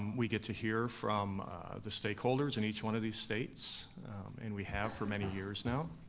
we get to hear from the stakeholders in each one of these states and we have for many years now.